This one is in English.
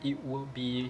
it will be